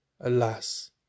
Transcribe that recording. alas